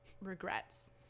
regrets